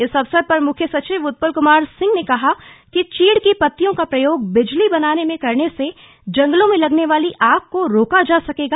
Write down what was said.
इस अवसर पर मुख्य सचिव उत्पल कुमार सिंह ने कहा कि चीड़ की पत्तियों का प्रयोग बिजली बनाने में करने से जंगलों में लगने वाली आग को रोका जा सकेगा